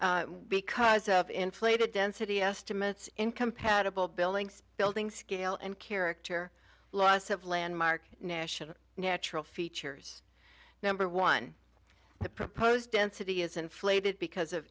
proof because of inflated density estimates incompatible buildings buildings scale and character loss have landmark national natural features number one the proposed density is inflated because of